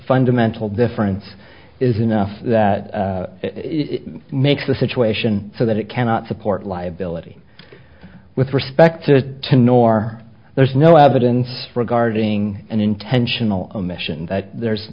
fundamental difference is enough that makes the situation so that it cannot support liability with respect to to nor there's no evidence regarding an intentional omission that there's